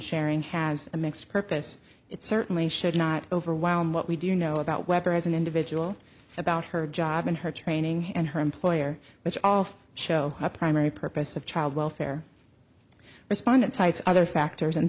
sharing has a mixed purpose it certainly should not overwhelm what we do know about whether as an individual about her job and her training and her employer which all show a primary purpose of child welfare respondent sites other factors in